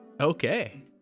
Okay